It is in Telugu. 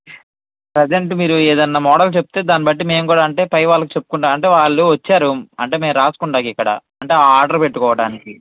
ప్రజెంటు మీరు ఏదన్న మోడల్ చెప్తే దాన్ని బట్టి మేము కూడా అంటే పైవాళ్ళకి చెప్పుకుంటాం అంటే వాళ్ళు వచ్చారు అంటే మేము రాస్కోండానికి ఇక్కడ అంటే ఆర్డరు పెట్టుకోడానికి